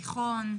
תיכון?